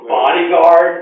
Bodyguard